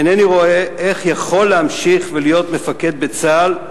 אינני רואה איך יכול להמשיך ולהיות מפקד בצה"ל,